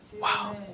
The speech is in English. Wow